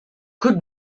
good